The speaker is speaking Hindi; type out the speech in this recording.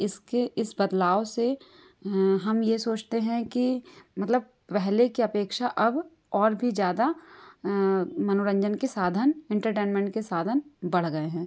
इसके इस बदलाव से हम ये सोचते हैं कि मतलब पहले की अपेक्षा अब और भी ज़्यादा मनोरंजन के साधन इंटरटैनमेंट के साधन बढ़ गए हैं